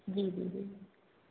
जी दीदी